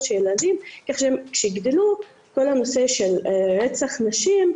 של ילדים שכשהם יגדלו בכל הנושא של רצח נשים,